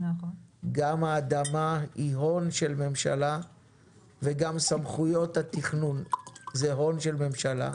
גם האדמה היא הון של הממשלה וגם סמכויות התכנון הן הון של הממשלה.